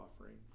offering